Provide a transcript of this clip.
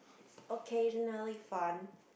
occasionally fun